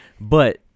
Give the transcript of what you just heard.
but-